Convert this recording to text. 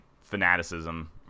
fanaticism